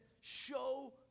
show